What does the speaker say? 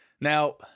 Now